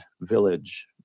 village